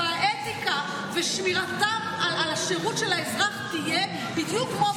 והאתיקה ושמירתה על השירות לאזרח תהיה בדיוק כמו,